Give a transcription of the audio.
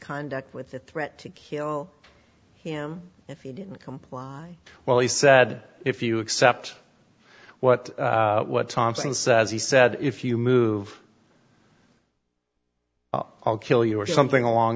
conduct with the threat to kill him if he didn't comply well he said if you accept what thompson says he said if you move i'll kill you or something along